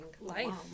life